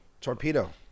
Torpedo